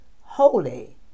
holy